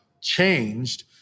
changed